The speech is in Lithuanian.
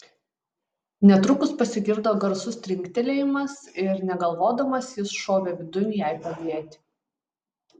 netrukus pasigirdo garsus trinktelėjimas ir negalvodamas jis šovė vidun jai padėti